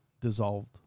dissolved